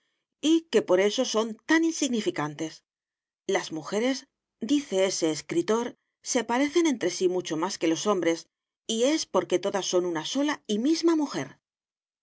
y que por eso son tan insignificantes las mujeres dice ese escritor se parecen entre sí mucho más que los hombres y es porque todas son una sola y misma mujer